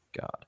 God